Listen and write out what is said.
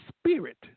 spirit